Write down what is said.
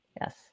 Yes